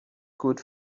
good